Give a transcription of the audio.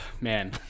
man